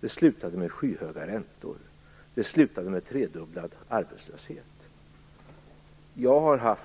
Det slutade med skyhöga räntor. Det slutade med en tredubblad arbetslöshet. Jag har